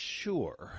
sure